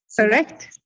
correct